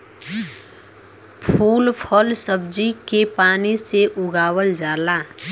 फूल फल सब्जी के पानी से उगावल जाला